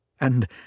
And